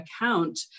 account